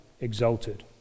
exalted